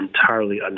entirely